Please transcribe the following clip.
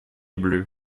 bleu